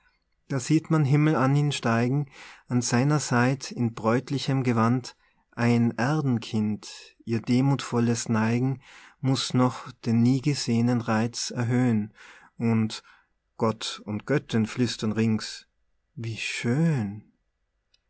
da sieht man himmelan ihn steigen an seiner seit in bräutlichem gewand ein erdenkind ihr demuthvolles neigen muß noch den niegeseh'nen reiz erhöhn und gott und göttin flüstern rings wie schön